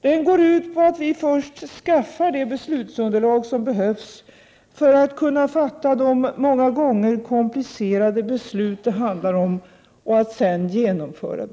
Den går ut på att vi först skaffar det beslutsunderlag som behövs för att vi skall kunna fatta de många gånger komplicerade beslut det handlar om. Sedan skall besluten genomföras.